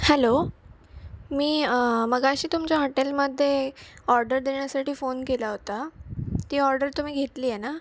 hello मी मगाशी तुमच्या हॉटेलमध्ये ऑर्डर देण्यासाठी फोन केला होता ती ऑर्डर तुम्ही घेतली आहे ना